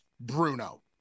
Bruno